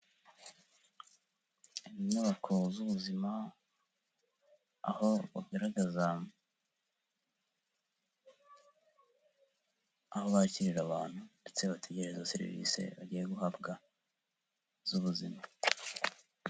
Inyubako z'ubuzima, aho bagaragaza aho bakirira abantu ndetse bategerereza serivisi bagiye guhabwa z'ubuzima.